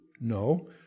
No